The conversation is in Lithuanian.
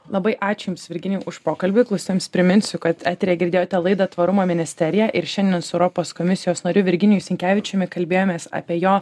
labai ačiū jums virginijau už pokalbį klausytojams priminsiu kad eteryje girdėjote laidą tvarumo ministerija ir šiandien su europos komisijos nariu virginiju sinkevičiumi kalbėjomės apie jo